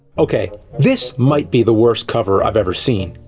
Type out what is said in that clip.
okay. this, might be the worst cover i've ever seen.